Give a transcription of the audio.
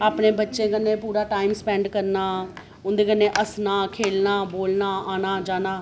अपने बच्चें कन्नै पूरा टाइम स्पैंड करना उं'दे कन्नै हसना खेलना बोलना आना जाना